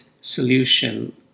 solution